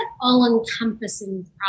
all-encompassing